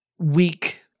weak